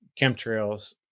chemtrails